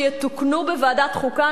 שיתוקנו בוועדת חוקה,